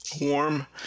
warm